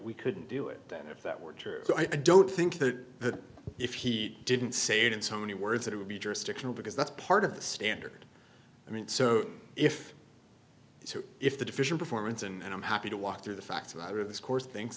we couldn't do it then if that were true so i don't think that if he didn't say it in so many words it would be jurisdictional because that's part of the standard i mean so if so if the deficient performance and i'm happy to walk through the facts of this course thinks